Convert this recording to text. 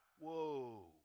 whoa